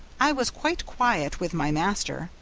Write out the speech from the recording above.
i was quite quiet with my master,